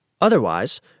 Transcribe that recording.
Otherwise